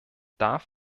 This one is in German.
darf